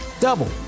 Double